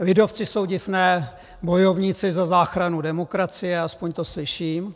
Lidovci jsou div ne bojovníci za záchranu demokracie, aspoň to slyším.